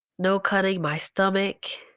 no cutting my stomach.